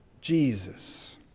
Jesus